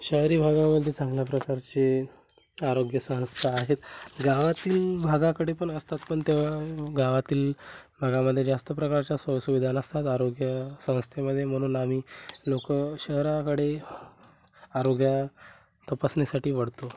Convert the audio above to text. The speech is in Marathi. शहरी भागामध्ये चांगल्या प्रकारचे आरोग्य संस्था आहेत गावातील भागाकडे पण असतात पण त्या गावातील भागामध्ये जास्त प्रकारच्या सोयीसुविधा नसतात आरोग्य संस्थेमध्ये म्हणून आम्ही लोक शहराकडे आरोग्य तपासण्यासाठी वळतो